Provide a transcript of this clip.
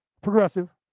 progressive